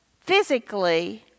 physically